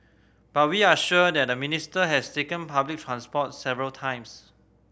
but we are sure that the Minister has taken public transport several times